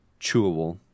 chewable